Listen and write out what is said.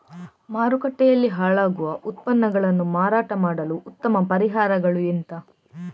ಮಾರುಕಟ್ಟೆಯಲ್ಲಿ ಹಾಳಾಗುವ ಉತ್ಪನ್ನಗಳನ್ನು ಮಾರಾಟ ಮಾಡಲು ಉತ್ತಮ ಪರಿಹಾರಗಳು ಎಂತ?